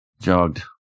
Jogged